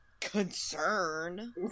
concern